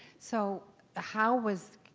so how was,